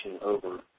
over